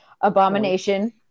Abomination